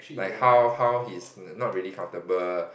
like how how he's not really comfortable